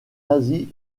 asie